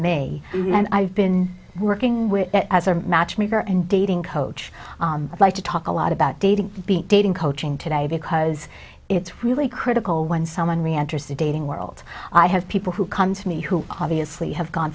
me and i've been working with as a matchmaker and dating coach i'd like to talk a lot about dating being dating coaching today because it's really critical when someone reenters the dating world i have people who come to me who obviously